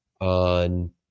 on